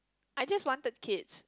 I just wanted kids